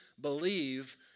believe